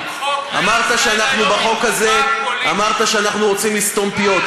אמרת שבחוק הזה אנחנו רוצים לסתום פיות,